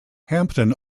hampton